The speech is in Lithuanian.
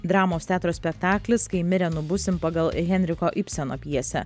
dramos teatro spektaklis kai mirę nubusim pagal henriko ibseno pjesę